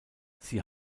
sie